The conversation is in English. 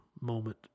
moment